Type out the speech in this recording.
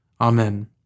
Amen